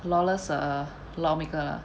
lawless uh lawmaker lah